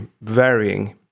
varying